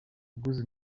ubwuzu